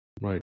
right